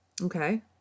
okay